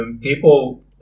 People